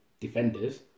defenders